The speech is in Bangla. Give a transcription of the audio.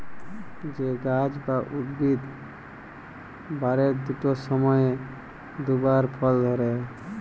যে গাহাচ বা উদ্ভিদ বারের দুট সময়ে দুবার ফল ধ্যরে